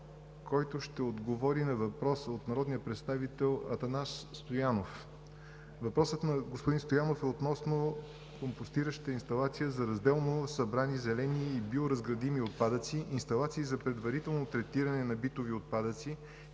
който ще отговори на въпрос от народния представител Атанас Стоянов. Въпросът на господин Стоянов е относно компостираща инсталация за разделно събрани зелени и биоразградими отпадъци, инсталации за предварително третиране на битови отпадъци